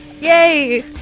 Yay